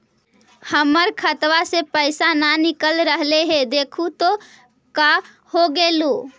हमर खतवा से पैसा न निकल रहले हे देखु तो का होगेले?